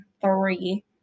three